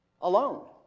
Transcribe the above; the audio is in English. Alone